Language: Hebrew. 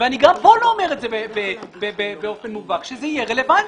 וגם כאן אני לא אומר את זה באופן מובהק שזה יהיה רלוונטי.